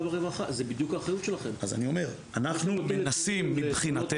אלו נקודות שאנחנו באמת מנסים כאן לברר ולדעת